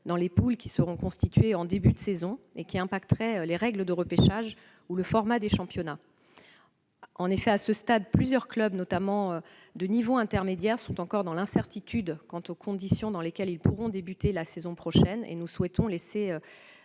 dans les poules qui seront constituées en début de saison, de tels forfaits pouvant impacter les règles de repêchage ou le format des championnats. En effet, à ce stade, plusieurs clubs, notamment de niveau intermédiaire, sont encore dans l'incertitude quant aux conditions dans lesquelles ils pourront débuter la saison prochaine. Nous souhaitons laisser